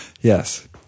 Yes